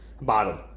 Bottom